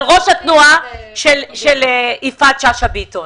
של ראש התנועה של חברת הכנסת שאשא ביטון.